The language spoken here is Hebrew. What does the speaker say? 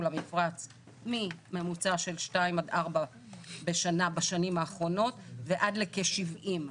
למפרץ ממוצע של שתיים עד ארבע בשנים האחרונות ועד לכ-70.